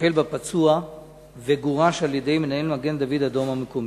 טיפל בפצוע וגורש על-ידי מנהל מגן-דוד-אדום המקומי.